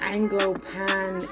Anglo-pan